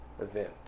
event